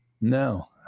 no